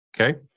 Okay